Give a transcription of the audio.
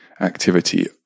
activity